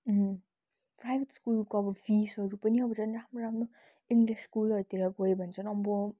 अँ प्राइभेट स्कुलको फिसहरू पनि अब झन् राम्रो राम्रो इङ्लिस स्कुलहरूतिर गयो भने चाहिँ अम्बो